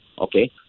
Okay